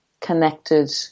connected